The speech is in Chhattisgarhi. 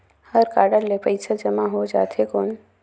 हव कारड ले पइसा जमा हो जाथे कौन?